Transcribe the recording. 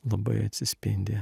labai atsispindi